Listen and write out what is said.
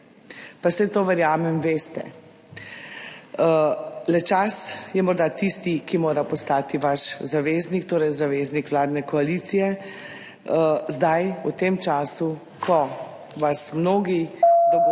Pa saj to verjamem, veste, le čas je morda tisti, ki mora postati vaš zaveznik, torej zaveznik vladne koalicije, zdaj v tem času, ko vas mnogi dogodki